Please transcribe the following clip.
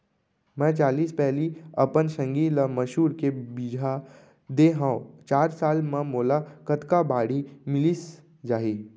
मैं चालीस पैली अपन संगी ल मसूर के बीजहा दे हव चार साल म मोला कतका बाड़ही मिलिस जाही?